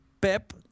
Pep